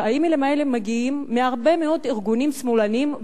שהאימיילים האלה מגיעים מהרבה מאוד ארגונים שמאלניים,